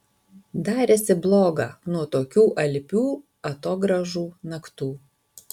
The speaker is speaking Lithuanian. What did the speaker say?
darėsi bloga nuo tokių alpių atogrąžų naktų